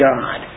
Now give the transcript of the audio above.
God